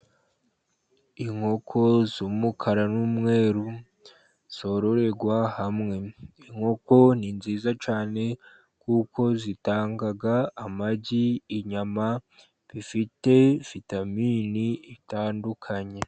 Inkoko z'umukara n'umweru, zororerwa hamwe. Inkoko ni nziza cyane, kuko zitanga amagi, inyama, bifite vitaminini zitandukanye.